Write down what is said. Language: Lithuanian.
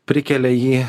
prikelia jį